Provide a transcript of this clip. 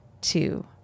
two